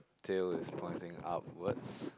tail is pointing upwards